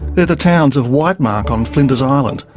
they're the towns of whitemark on flinders island,